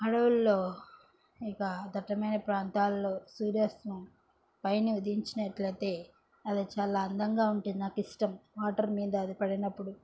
అడవుల్లో ఇక దట్టమైన ప్రాంతాల్లో సూర్యాస్తమయం పైన ఉదయించినట్లయితే అది చాలా అందంగా ఉంటుంది నాకిష్టం వాటర్ మీద అది పడినప్పుడు